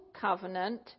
covenant